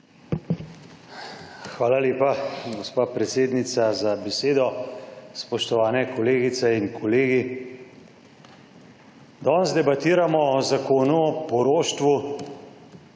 Hvala lepa, gospa predsednica, za besedo. Spoštovane kolegice in kolegi! Danes debatiramo o zakonu o poroštvu,